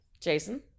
Jason